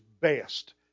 best